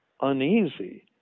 uneasy